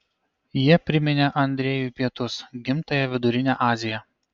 jie priminė andrejui pietus gimtąją vidurinę aziją